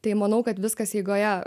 tai manau kad viskas eigoje